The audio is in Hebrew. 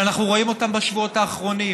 שאנחנו רואים אותן בשבועות האחרונים: